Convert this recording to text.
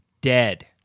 dead